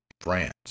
France